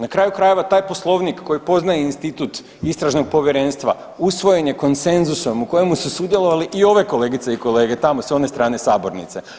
Na kraju krajeva taj poslovnik koji poznaje institut istražnog povjerenstva usvojen je konsenzusom u kojemu su sudjelovali i ove kolegice i kolege tamo s one strane sabornice.